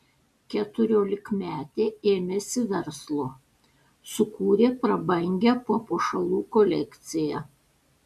keturiolikmetė ėmėsi verslo sukūrė prabangią papuošalų kolekciją